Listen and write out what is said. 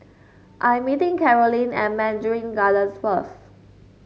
I'm meeting Carolyn at Mandarin Gardens first